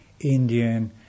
indian